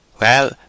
Well